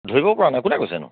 ধৰিব পৰা নাই কোনে কৈছে নো